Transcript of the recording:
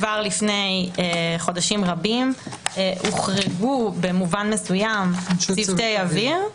כבר לפני חודשים רבים הוחרגו במובן מסוים צוותי אוויר,